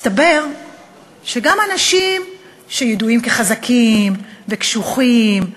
מסתבר שגם אנשים שידועים כחזקים וקשוחים,